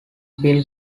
bill